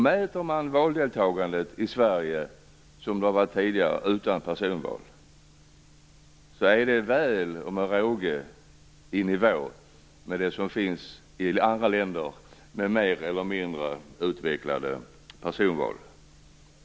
Mäter man valdeltagandet i Sverige som det har varit tidigare, utan personval, ser man att det är väl och med råge i nivå med det i andra länder med mer eller mindre utvecklade personval.